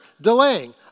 delaying